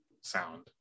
sound